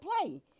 play